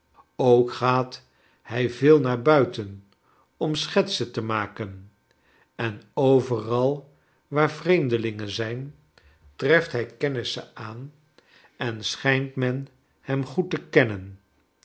ook gaat hij veel naar buiten om schetsen te maken en overal waar vreemdelingen zijn treft hij kennissen aan en schijnt men hem goed te kennen